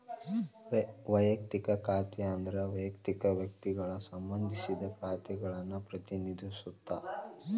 ವಯಕ್ತಿಕ ಖಾತೆ ಅಂದ್ರ ವಯಕ್ತಿಕ ವ್ಯಕ್ತಿಗಳಿಗೆ ಸಂಬಂಧಿಸಿದ ಖಾತೆಗಳನ್ನ ಪ್ರತಿನಿಧಿಸುತ್ತ